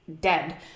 dead